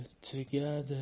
together